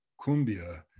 Cumbia